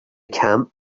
camp